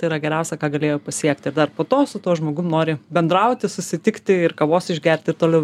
tai yra geriausia ką galėjo pasiekti ir dar po to su tuo žmogum nori bendrauti susitikti ir kavos išgerti ir toliau